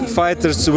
fighters